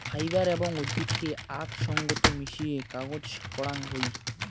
fibre এবং উদ্ভিদকে আক সঙ্গত মিশিয়ে কাগজ করাং হই